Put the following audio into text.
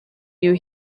you